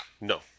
No